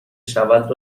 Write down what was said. شود